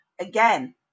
again